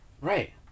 right